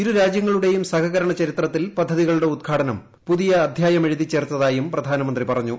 ഇരു രാജ്യങ്ങളുടെയും സഹകരണ് ചരിത്രത്തിൽ പദ്ധതികളുടെ ഉദ്ഘാടനം പുതിയ അധ്യായം എഴുതിച്ചേർത്തതായും പ്രധാനമന്ത്രി പറഞ്ഞു